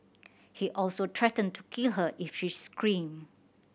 he also threatened to kill her if she screamed